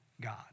God